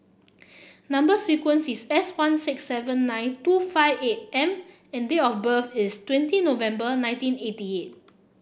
number sequence is S one six seven nine two five eight M and date of birth is twenty November nineteen eighty eight